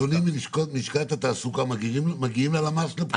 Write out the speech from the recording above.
הנתונים מלשכת התעסוקה מגיעים ללמ"ס לבחינה?